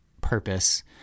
purpose